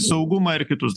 saugumą ir kitus